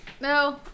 No